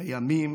קיימים